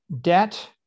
debt